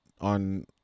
on